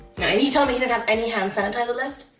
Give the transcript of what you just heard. and he told me he didn't have any hand sanitizer left?